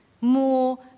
more